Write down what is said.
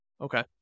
Okay